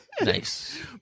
nice